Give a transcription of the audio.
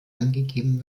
angegeben